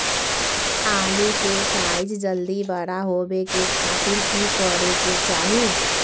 आलू के साइज जल्दी बड़ा होबे के खातिर की करे के चाही?